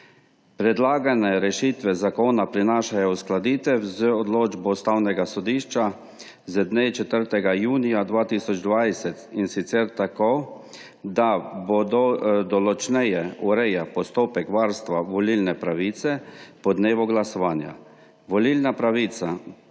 Predlagane rešitve zakona prinašajo uskladitev z odločbo Ustavnega sodišča z dne 4. junija 2020, in sicer tako, da se določneje ureja postopek varstva volilne pravice po dnevu glasovanja. Volilna pravica